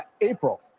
April